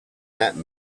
that